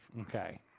Okay